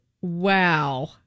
Wow